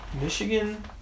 Michigan